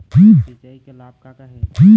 सिचाई के लाभ का का हे?